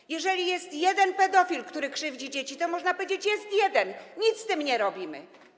Czy jeżeli jest jeden pedofil, który krzywdzi dzieci, to można powiedzieć: Jest tylko jeden, nic z tym nie robimy?